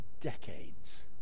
decades